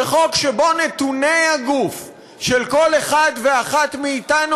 וחוק שבו נתוני הגוף של כל אחד ואחת מאתנו,